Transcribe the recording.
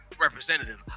Representative